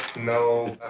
no.